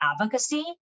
advocacy